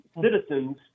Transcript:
citizens